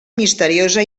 misteriosa